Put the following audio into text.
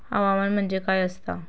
हवामान म्हणजे काय असता?